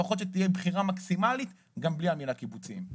לפחות שתהיה בחירה מקסימלית גם בלי המילה קיבוצים.